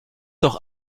doch